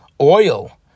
Oil